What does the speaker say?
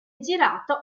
girato